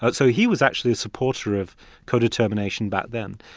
but so he was actually a supporter of co-determination back then.